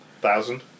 Thousand